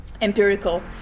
empirical